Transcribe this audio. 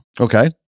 Okay